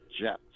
Jets